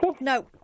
No